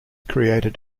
created